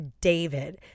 David